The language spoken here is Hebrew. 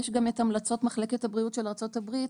יש גם את המלצות מחלקת הבריאות של ארצות הברית,